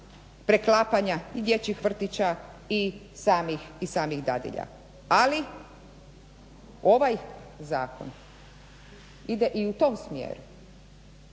preklapanja i dječjih vrtića i samih dadilja, ali ovaj zakon ide i u tom smjeru